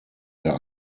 der